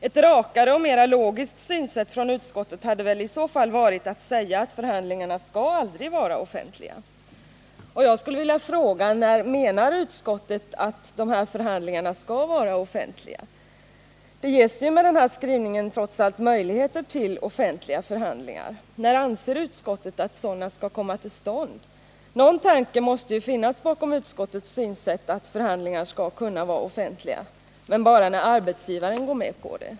Ett rakare och mera logiskt synsätt hos utskottet hade väl i så fall varit att säga att förhandlingarna aldrig skall vara offentliga. Jag skulle vilja fråga: När menar utskottet att de här förhandlingarna skall vara offentliga? Det ges ju med denna skrivning möjligheter till offentliga förhandlingar. När anser utskottet att sådana skall komma till stånd? Någon tanke måste ju finnas bakom utskottets mening att förhandlingar skall kunna vara offentliga — men bara när arbetsgivaren går med på det.